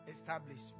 established